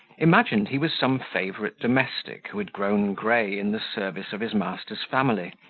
imagined he was some favourite domestic, who had grown gray in the service of his master's family,